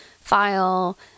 file